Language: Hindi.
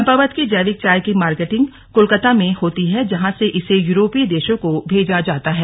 चंपावत की जैविक चाय की मार्केटिंग कोलकाता में होती है जहां से इसे यूरोपीय देशों को भेजा जाता है